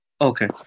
Okay